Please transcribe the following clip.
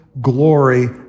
glory